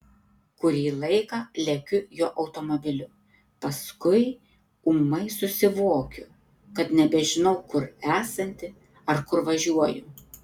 kurį laiką lekiu jo automobiliu paskui ūmai susivokiu kad nebežinau kur esanti ar kur važiuoju